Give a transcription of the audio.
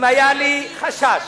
אם היה לי חשש